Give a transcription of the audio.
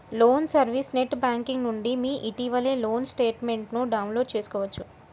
loan service net banking నుండి మీ ఇటీవలి లోన్ స్టేట్మెంట్ను డౌన్లోడ్ చేసుకోవచ్చు